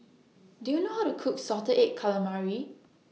Do YOU know How to Cook Salted Egg Calamari